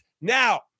Now